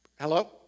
Hello